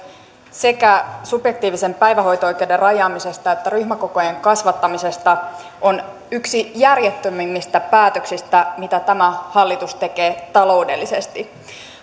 sekä subjektiivisen päivähoito oikeuden rajaamisesta että ryhmäkokojen kasvattamisesta on yksi järjettömimmistä päätöksistä mitä tämä hallitus tekee taloudellisesti